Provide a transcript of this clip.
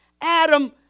Adam